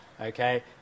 okay